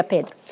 Pedro